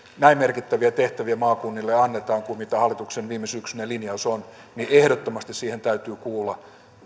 näin merkittäviä tehtäviä maakunnille kuin mitä hallituksen viimesyksyinen linjaus on niin ehdottomasti siihen täytyy kuulua